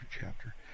chapter